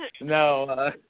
No